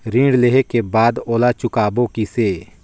ऋण लेहें के बाद ओला चुकाबो किसे?